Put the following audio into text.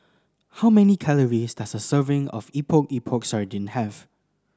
how many calories does a serving of Epok Epok Sardin have